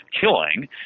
Killing